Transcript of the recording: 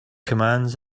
commands